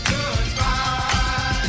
Goodbye